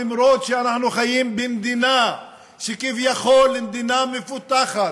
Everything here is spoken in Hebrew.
למרות שאנחנו חיים במדינה שכביכול היא מדינה מפותחת,